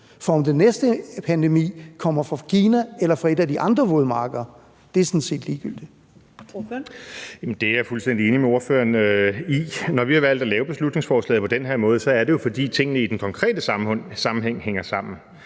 Første næstformand (Karen Ellemann): Ordføreren. Kl. 17:04 Morten Messerschmidt (DF): Det er jeg fuldstændig enig med spørgeren i. Når vi har valgt at lave beslutningsforslaget på den her måde, er det jo, fordi tingene i den konkrete sammenhæng hænger sammen,